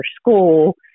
school